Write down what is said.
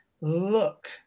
Look